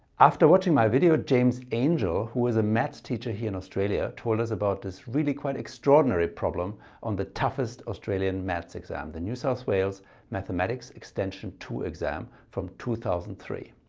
after watching my video james angel who is a math teacher here in australia told us about this really quite extraordinary problem on the toughest australian maths exam the new south wales mathematics extension two exam from two thousand and three.